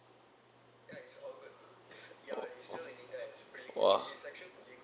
oh !wah!